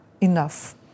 enough